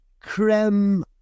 Creme